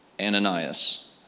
Ananias